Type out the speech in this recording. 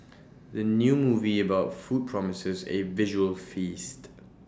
the new movie about food promises A visual feast